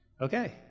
okay